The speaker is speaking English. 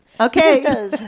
Okay